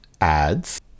adds